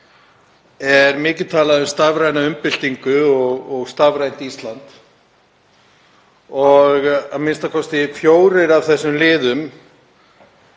er mikið talað um stafræna umbyltingu og stafrænt Ísland. A.m.k. fjórir af þessum liðum